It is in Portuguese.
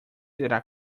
terá